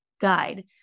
guide